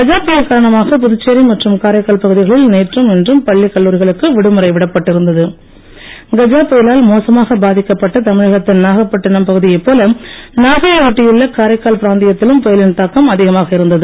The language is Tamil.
கஜா புயல் காரணமாக புதுச்சேரி மற்றும் காரைக்கால் பகுதிகளில் நேற்றும் இன்றும் பள்ளி கல்லூரிகளுக்கு விடுமுறை விடப்பட்டிருந்த்து கஜா புயலால் மோசமாக பாதிக்கப்பட்ட தமிழகத்தின் நாகப்பட்டினம் பகுதியைப் போல நாகையை ஒட்டியுள்ள காரைக்கால் பிராந்தியத்திலும் புயலின் தாக்கம் அதிகமாக இருந்தது